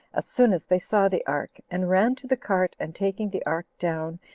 as soon as they saw the ark, and ran to the cart, and taking the ark down,